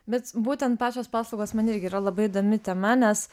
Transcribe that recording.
bet būtent pačios paslaugos man irgi yra labai įdomi tema nes